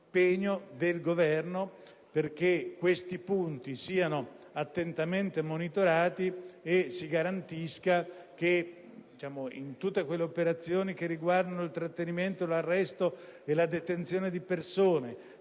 del Governo perché questi punti siano attentamente monitorati e si garantisca che in tutte le operazioni che riguardano il trattenimento, l'arresto e la detenzione di persone